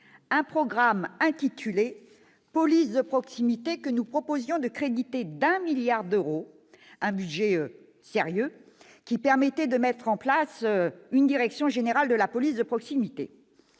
un programme intitulé « Police de proximité », que nous proposions de créditer d'un milliard d'euros. Un budget sérieux, donc, qui aurait permis de mettre en place une direction générale de la police de proximité.